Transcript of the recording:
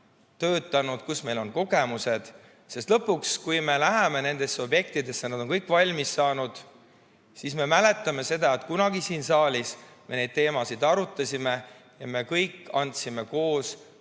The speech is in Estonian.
töötanud, kus meil on kogemused. Sest lõpuks, kui me läheme nendesse hoonetesse, kui need on kõik valmis saanud, siis me mäletame seda, et kunagi siin saalis me neid teemasid arutasime ja me kõik andsime koos